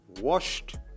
washed